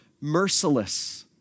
merciless